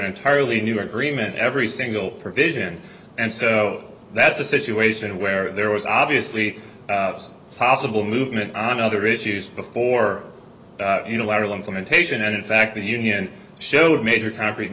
entirely new york dream and every single provision and so that's a situation where there was obviously possible movement on other issues before unilateral implementation and in fact the union showed major concrete